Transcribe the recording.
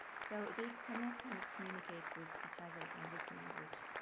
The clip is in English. so they cannot kind of communicate with each other in written language,